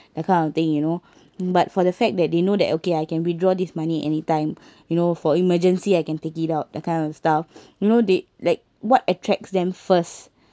that kind of thing you know but for the fact that they know that okay I can withdraw this money anytime you know for emergency I can take it out that kind of stuff you know they like what attracts them first